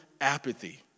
apathy